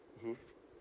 mmhmm